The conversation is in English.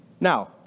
Now